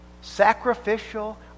sacrificial